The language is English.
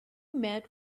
met